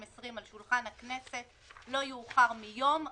על שולחן הכנסת לא יאוחר מיום ...".